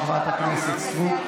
חברת הכנסת סטרוק,